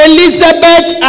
Elizabeth